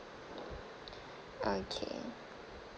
okay